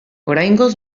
oraingoz